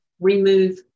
Remove